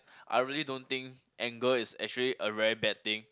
I really don't think anger is actually a very bad thing